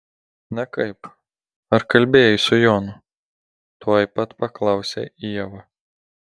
na kaip ar kalbėjai su jonu tuoj pat paklausė ieva